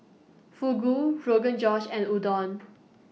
Fugu Rogan Josh and Udon